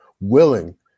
willing